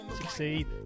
succeed